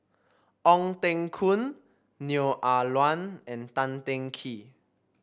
Ong Teng Koon Neo Ah Luan and Tan Teng Kee